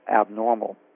abnormal